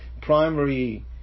primary